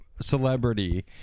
celebrity